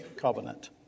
covenant